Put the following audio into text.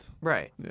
Right